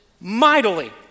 mightily